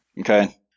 Okay